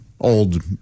old